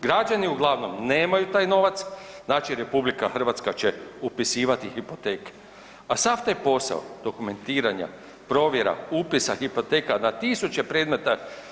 Građani uglavnom nemaju taj novac, znači RH će upisivati hipoteke, a sav taj posao dokumentiranja, provjera, upisa hipoteka na tisuće predmeta.